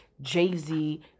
Jay-Z